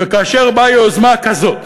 וכאשר באה יוזמה כזאת,